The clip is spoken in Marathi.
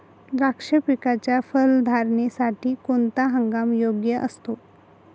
द्राक्ष पिकाच्या फलधारणेसाठी कोणता हंगाम योग्य असतो?